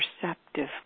perceptive